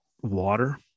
water